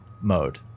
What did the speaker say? mode